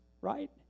right